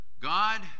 God